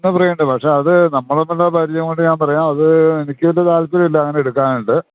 ഫ്രീയുണ്ട് പക്ഷെ അതു നമ്മളെ തമ്മിലുള്ള പരിചയംകൊണ്ട് ഞാന് പറയുകയാണ് അത് എനിക്കു വലിയ താൽപ്പര്യമില്ല അങ്ങനെടുക്കാനായിട്ട്